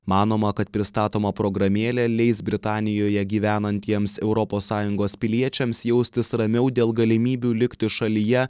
manoma kad pristatoma programėlė leis britanijoje gyvenantiems europos sąjungos piliečiams jaustis ramiau dėl galimybių likti šalyje